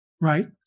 Right